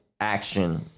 action